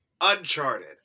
Uncharted